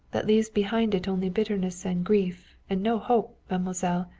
that leaves behind it only bitterness and grief and no hope, mademoiselle,